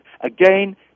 Again